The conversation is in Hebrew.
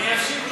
אני אשיב לך.